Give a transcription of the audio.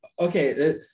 okay